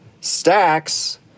Stacks